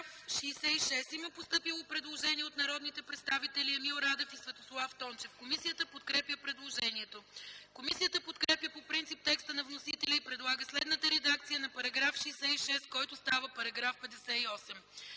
По § 66 има постъпило предложение от народните представители Емил Радев и Светослав Тончев. Комисията подкрепя предложението. Комисията подкрепя по принцип текста на вносителя и предлага следната редакция на § 66, който става § 58: „§ 58.